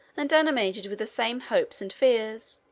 and animated with the same hopes and fears,